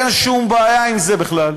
אין שום בעיה עם זה בכלל.